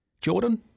Jordan